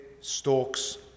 stalks